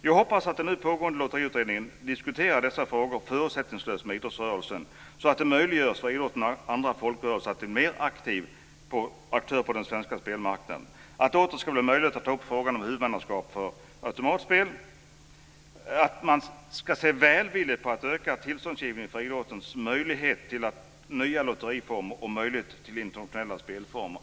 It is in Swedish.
Jag hoppas att den nu pågående Lotteriutredningen diskuterar dessa frågor förutsättningslöst med idrottsrörelsen, så att denna och andra folkrörelser får möjlighet att bli än större aktörer på den svenska spelmarknaden. Jag hoppas också att det åter ska bli möjligt att ta upp frågan om huvudmannaskapet för automatspel. Jag ser fram emot att man ska se mera välvilligt på ökade möjligheter för idrotten att pröva nya lotteriformer och delta i lämpliga internationella spelformer.